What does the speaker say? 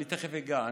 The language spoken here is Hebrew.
אני תכף אגע.